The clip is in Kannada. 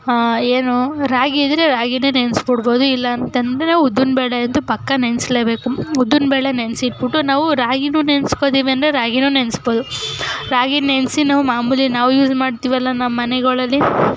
ಏನು ರಾಗಿ ಇದ್ದರೆ ರಾಗಿಯೇ ನೆನೆಸ್ಬಿಡ್ಬೋದು ಇಲ್ಲ ಅಂತ ಅಂದರೆ ಉದ್ದಿನ ಬೇಳೆ ಅಂತೂ ಪಕ್ಕ ನೆನೆಸ್ಲೇಬೇಕು ಉದ್ದಿನ ಬೇಳೆ ನೆನೆಸಿಟ್ಬಿಟ್ಟು ನಾವು ರಾಗಿನು ನೆನ್ಸ್ಕೊಳ್ತೀವಿ ಅಂದರೆ ರಾಗಿಯೂ ನೆನೆಸ್ಬೋದು ರಾಗಿ ನೆನೆಸಿ ನಾವು ಮಾಮೂಲಿ ನಾವು ಯೂಸ್ ಮಾಡ್ತೀವಲ್ಲ ನಮ್ಮನೆಗಳಲ್ಲಿ